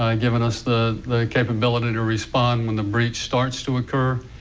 ah giving us the the capability to respond when the breach starts to occur.